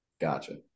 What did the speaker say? Gotcha